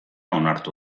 onartu